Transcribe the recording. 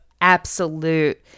absolute